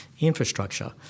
infrastructure